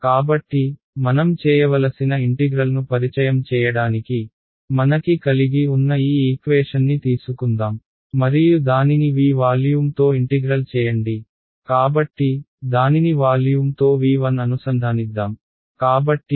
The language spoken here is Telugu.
కాబట్టి మనం చేయవలసిన ఇంటిగ్రల్ను పరిచయం చేయడానికి మనకి కలిగి ఉన్న ఈ ఈక్వేషన్ని తీసుకుందాం మరియు దానిని V వాల్యూమ్తో ఇంటిగ్రల్ చేయండి కాబట్టి దానిని వాల్యూమ్తో V1 అనుసంధానిద్దాం